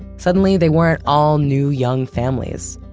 suddenly they weren't all new young families.